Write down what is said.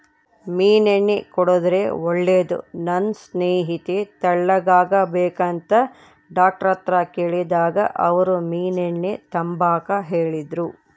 ಮೀನೆಣ್ಣೆ ಕುಡುದ್ರೆ ಒಳ್ಳೇದು, ನನ್ ಸ್ನೇಹಿತೆ ತೆಳ್ಳುಗಾಗ್ಬೇಕಂತ ಡಾಕ್ಟರ್ತಾಕ ಕೇಳ್ದಾಗ ಅವ್ರು ಮೀನೆಣ್ಣೆ ತಾಂಬಾಕ ಹೇಳಿದ್ರು